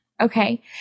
okay